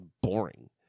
boring